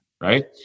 Right